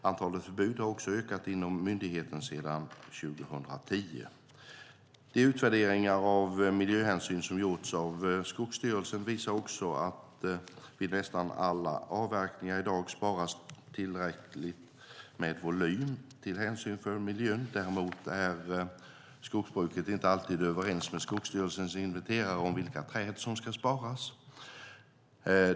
Antalet förbud har också ökat inom myndigheten sedan 2010. De utvärderingar av miljöhänsyn som har gjorts av Skogsstyrelsen visar också att det vid nästan alla avverkningar i dag sparas tillräckligt med volym av hänsyn till miljön. Däremot är skogsbruket inte alltid överens med Skogsstyrelsens inventerare om vilka träd som ska sparas.